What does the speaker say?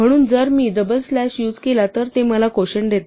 म्हणून जर मी डबल स्लॅश युझ केला तर ते मला कोशंट देते